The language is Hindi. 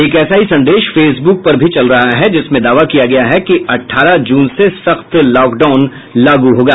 एक ऐसा ही संदेश फेसबुक पर चल रहा है जिसमें दावा किया गया है कि अठारह जून से सख्त लॉकडाउन लागू होगा